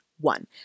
One